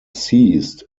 seized